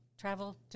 Travel